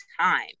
time